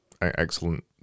excellent